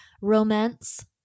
romance